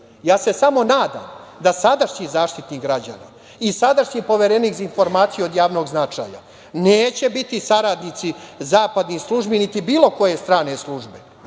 se samo nadam, da sadašnji Zaštitnik građana i sadašnji Poverenik za informacije od javnog značaja, neće biti saradnici zapadnih službi, niti bilo koje strane službe